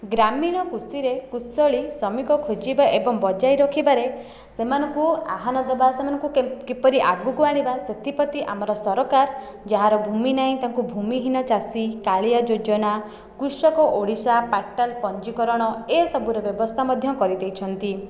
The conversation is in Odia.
ଗ୍ରାମୀଣ କୃଷିରେ କୁଶଳୀ ଶ୍ରମିକ ଖୋଜିବା ଏବଂ ବଜାଇ ରଖିବାରେ ସେମାନଙ୍କୁ ଆହ୍ଵାନ ଦେବା ସେମାନଙ୍କୁ କିପରି ଆଗକୁ ଆଣିବା ସେଥିପ୍ରତି ଆମର ସରକାର ଯାହାର ଭୂମି ନାହିଁ ତାଙ୍କୁ ଭୂମିହୀନ ଚାଷୀ କାଳିଆ ଯୋଜନା କୃଷକ ଓଡ଼ିଶା ପୋଟାଲ୍ ପଞ୍ଜୀକରଣ ଏ ସବୁର ବ୍ୟବସ୍ତା ମଧ୍ୟ କରିଦେଇଛନ୍ତି